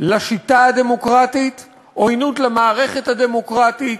לשיטה הדמוקרטית, עוינות למערכת הדמוקרטית.